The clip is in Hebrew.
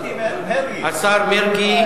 השר מרגי.